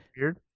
Weird